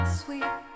sweet